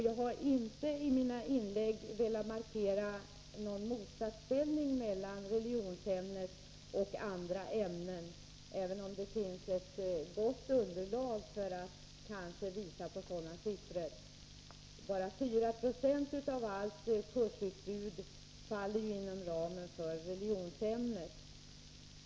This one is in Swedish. Jag har inte i mina inlägg velat markera någon motsatsställning mellan religionsämnet och andra ämnen, även om det finns ett gott underlag med siffror som kanske visar detta. Bara 4 96 av hela kursutbudet faller inom ramen för religionsämnet.